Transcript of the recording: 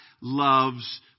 loves